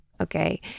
okay